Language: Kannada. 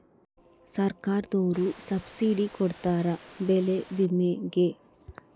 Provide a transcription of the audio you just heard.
ಸರ್ಕಾರ್ದೊರು ಸಬ್ಸಿಡಿ ಕೊಡ್ತಾರ ಬೆಳೆ ವಿಮೆ ಗೇ